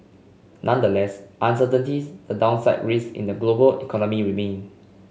nonetheless uncertainties and downside risks in the global economy remain